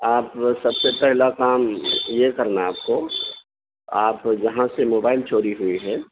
آپ سب سے پہلا کام یہ کرنا ہے آپ کو آپ جہاں سے موبائل چوری ہوئی ہے